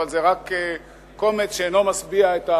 אבל זה רק קומץ שאינו משביע את הארי.